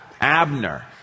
Abner